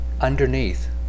Underneath